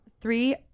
three